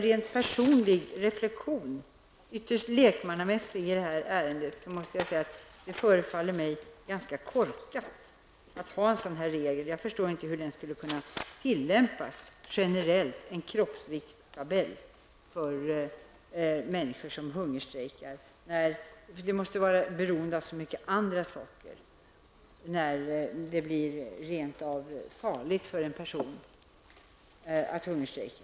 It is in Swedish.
Min personliga reflexion, som är ytterst lekmannamässig i detta ärende, är att det förefaller att vara ganska korkat att ha en sådan regel. Jag förstår inte hur en ''kroppsviktstabell'' skulle kunna tillämpas generellt för människor som hungerstrejkar. När det blir rent av farligt för en person att hungerstrejka måste vara beroende av så många andra saker.